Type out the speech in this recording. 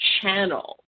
channel